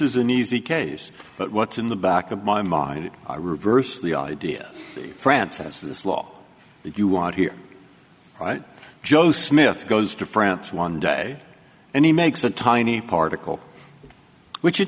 is an easy case but what's in the back of my mind it reverse the idea france says this law if you want here right joe smith goes to france one day and he makes a tiny particle which it